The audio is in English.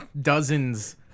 dozens